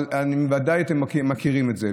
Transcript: אבל בוודאי אתם מכירים את זה.